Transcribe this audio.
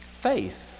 Faith